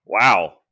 Wow